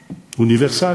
אוניברסלי.